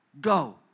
go